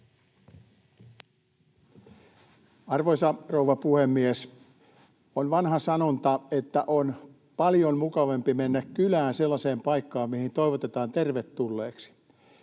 Arvoisa rouva puhemies! On vanha sanonta, että on paljon mukavampi mennä kylään sellaiseen paikkaan, mihin toivotetaan tervetulleeksi.